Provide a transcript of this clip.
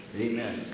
Amen